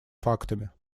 фактами